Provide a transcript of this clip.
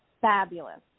fabulous